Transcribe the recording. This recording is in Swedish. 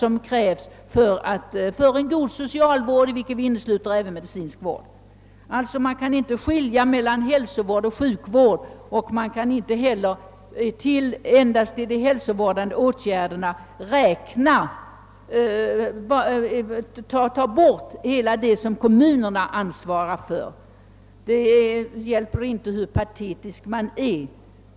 I en god socialvård innesluter vi även medicinsk vård. Man kan alltså inte skilja mellan hälsovård och sjukvård och man kan inte heller från de hälsovårdande åtgärderna avskilja det som kommunerna ansvarar för. Det hjälper inte hur patetisk man än är.